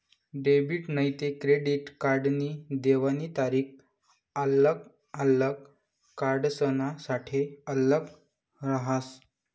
debit नैते credit कार्डनी देवानी तारीख आल्लग आल्लग कार्डसनासाठे आल्लग रहास